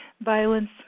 violence